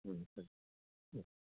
ಹ್ಞೂ ಸರಿ ಹ್ಞೂ